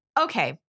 okay